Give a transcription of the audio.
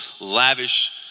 lavish